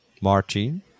Martin